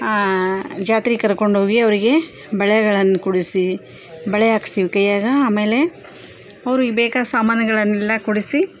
ಆ ಜಾತ್ರೆಗೆ ಕರ್ಕೊಂಡೋಗಿ ಅವರಿಗೆ ಬಳೆಗಳನ್ನ ಕೊಡಿಸಿ ಬಳೆ ಹಾಕ್ಸ್ತೀವಿ ಕೈಯ್ಯಾಗ ಆಮೇಲೆ ಅವ್ರಿಗೆ ಬೇಕಾದ ಸಾಮಾನುಗಳನ್ನೆಲ್ಲ ಕೊಡಿಸಿ